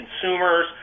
consumers